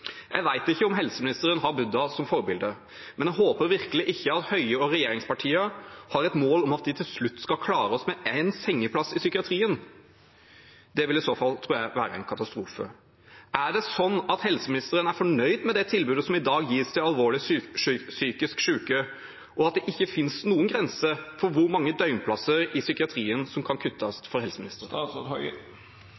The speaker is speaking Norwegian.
Jeg vet ikke om helseministeren har Buddha som forbilde, men jeg håper virkelig ikke at Høie og regjeringspartiene har et mål om at vi til slutt skal klare oss med én sengeplass i psykiatrien. Det tror jeg i så fall ville være en katastrofe. Er helseministeren fornøyd med det tilbudet som i dag gis til alvorlig psykisk syke? Finnes det for helseministeren ikke noen grense for hvor mange døgnplasser i psykiatrien som kan kuttes?